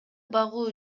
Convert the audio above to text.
багуу